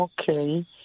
okay